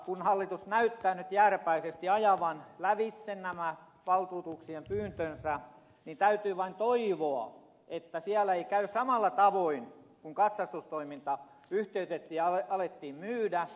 kun hallitus näyttää nyt jääräpäisesti ajavan lävitse nämä valtuutuksien pyyntönsä niin täytyy vain toivoa että siellä ei käy samalla tavoin kuin silloin kun katsastustoiminta yhtiöitettiin ja firmoja alettiin myydä